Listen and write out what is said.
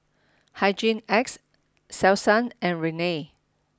Hhygin X Selsun and Rene